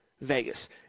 Vegas